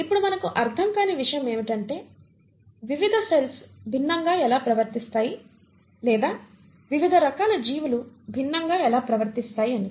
ఇప్పుడు మనకు అర్థం కాని విషయం ఏమిటంటే వివిధ సెల్స్ భిన్నంగా ఎలా ప్రవర్తిస్తాయి లేదా వివిధ రకాల జీవులు భిన్నంగా ఎలా ప్రవర్తిస్తాయి అని